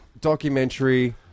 Documentary